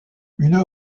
une